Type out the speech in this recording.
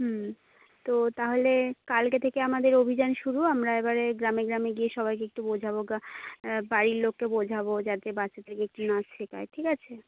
হুম তো তাহলে কালকে থেকে আমাদের অভিযান শুরু আমরা এবারে গ্রামে গ্রামে গিয়ে সবাইকে একটু বোঝাবো বাড়ির লোককে বোঝাবো যাতে বাচ্চাদেরকে একটু নাচ শেখায় ঠিক আছে